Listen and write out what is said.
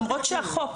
למרות שהחוק,